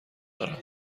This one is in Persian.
دارم